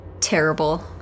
Terrible